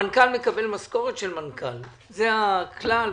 המנכ"ל מקבל משכורת של מנכ"ל, זה הכלל.